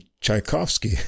Tchaikovsky